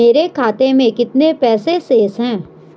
मेरे खाते में कितने पैसे शेष हैं?